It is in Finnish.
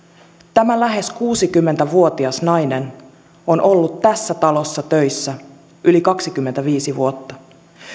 tämä lähes kuusikymmentä vuotias nainen on ollut tässä talossa töissä yli kaksikymmentäviisi vuotta